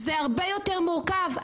זה הרבה יותר מורכב.